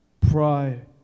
Pride